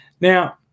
now